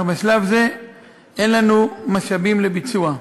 אך בשלב זה אין לנו משאבים לביצוע.